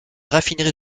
raffinerie